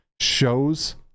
shows